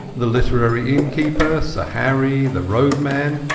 the literary innkeeper, sir harry, the roadman,